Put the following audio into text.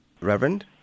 Reverend